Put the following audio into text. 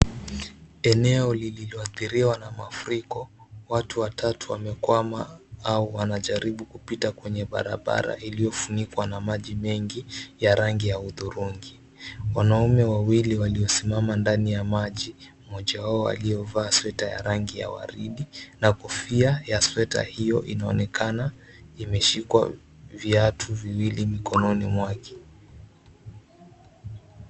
Eneo lililoathiriwa na mafuriko, watu watatu wamekwama au wanajaribu kupita kwenye barabara iliyofunikwa na maji mengi ya rangi ya hudhurungi. Wanaume wawili waliosimama ndani ya maji, mmoja wao aliyovaa sweta ya rangi ya waridi na kofia ya sweta hiyo inaonekana imeshikwa viatu viwili mikononi mwake.